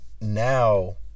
now